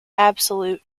absolute